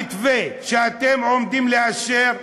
המתווה שאתם עומדים לאשר,